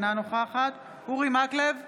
אינה נוכחת אורי מקלב,